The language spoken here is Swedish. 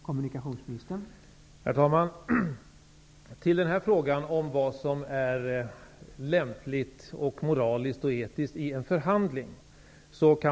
Herr talman! Man kan naturligtvis ha olika synpunkter på vad som är lämpligt, moraliskt och etiskt i en förhandling.